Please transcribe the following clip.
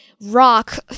rock